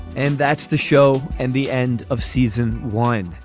and that's the show. and the end of season one.